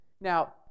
Now